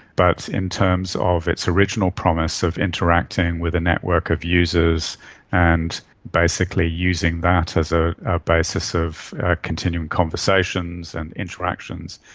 but in terms of its original promise of interacting with a network of users and basically using that as a basis of continuing conversations and interactions,